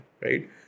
right